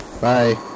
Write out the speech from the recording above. bye